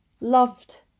loved